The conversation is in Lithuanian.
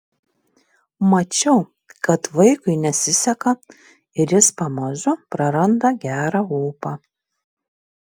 mačiau kad vaikui nesiseka ir jis pamažu praranda gerą ūpą